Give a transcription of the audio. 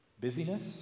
Busyness